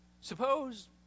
Suppose